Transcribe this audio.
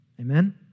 Amen